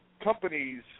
companies